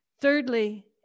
Thirdly